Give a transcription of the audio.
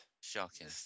Shocking